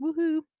Woohoo